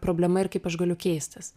problema ir kaip aš galiu keistis